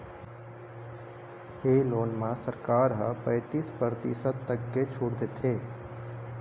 ए loan म सरकार ह पैतीस परतिसत तक के छूट देथे